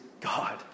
God